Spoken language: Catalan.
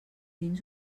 dins